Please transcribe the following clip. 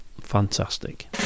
Fantastic